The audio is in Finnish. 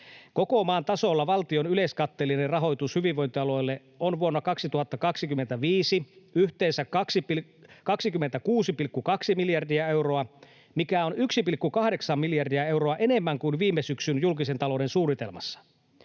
Koko maan tasolla valtion yleiskatteellinen rahoitus hyvinvointialueille on vuonna 2025 yhteensä 26,2 miljardia euroa, mikä on 1,8 miljardia euroa enemmän kuin viime syksyn julkisen talouden suunnitelmassa.